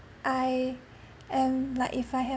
I am like if I have